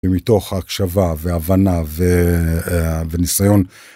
ומתוך הקשבה והבנה וניסיון.